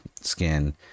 skin